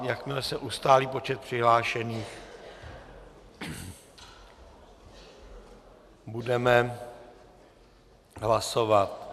Jakmile se ustálí počet přihlášených, budeme hlasovat.